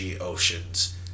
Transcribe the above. oceans